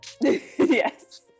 Yes